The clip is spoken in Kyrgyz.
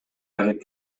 айнек